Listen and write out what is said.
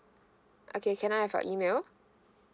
okay can I have your email